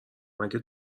مگه